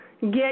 Get